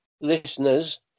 listeners